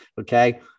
Okay